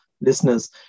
listeners